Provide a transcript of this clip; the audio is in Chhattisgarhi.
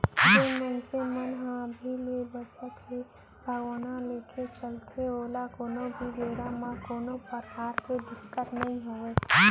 जेन मनसे मन ह अभी ले बचत के भावना लेके चलथे ओला कोनो भी बेरा म कोनो परकार के दिक्कत नइ होवय